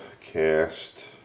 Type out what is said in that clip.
cast